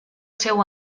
seu